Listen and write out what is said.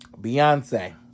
Beyonce